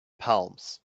palms